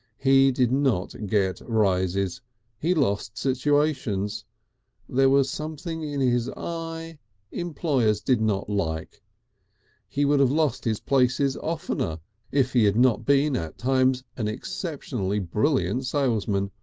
he did not get rises he lost situations there was something in his eye employers did not like he would have lost his places oftener if he had not been at times an exceptionally brilliant salesman,